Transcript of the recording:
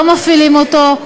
לא מפעילים אותו,